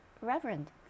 Reverend